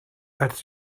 als